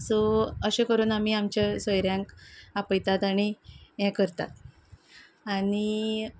so अशें करून आमी आमच्या सोयऱ्यांक आपयतात आनी हें करतात